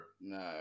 No